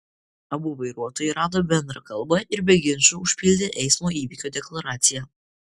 abu vairuotojai rado bendrą kalbą ir be ginčų užpildė eismo įvykio deklaraciją